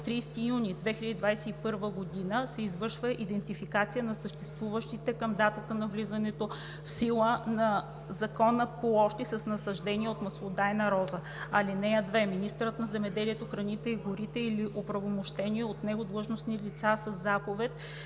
30 юни 2021 г. се извършва идентификация на съществуващите към датата на влизането в сила на закона площи с насаждения от маслодайна роза. (2) Министърът на земеделието, храните и горите или оправомощени от него длъжностни лица със заповед